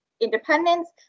independence